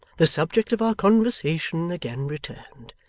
the subject of our conversation again returned,